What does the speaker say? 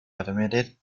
admitted